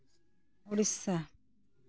Odisha